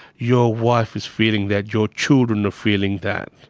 your wife is feeling that, your children are feeling that.